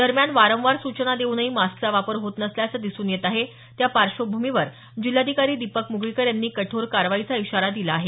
दरम्यान वारंवार सूचना देऊनही मास्कचा वापर होत नसल्याचं दिसून येत आहे त्या पार्श्वभूमीवर जिल्हाधिकारी दीपक मुगळीकर यांनी कठोर कारवाईचा इशारा दिला आहे